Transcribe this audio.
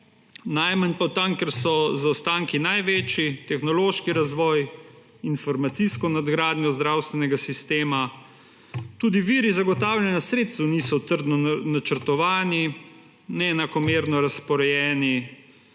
najmanj pa tja, kjer so zaostanki največji: tehnološki razvoj, informacijska nadgradnja zdravstvenega sistema. Tudi viri zagotavljanja sredstev niso trdno načrtovani, neenakomerno razporejeni,